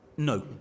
No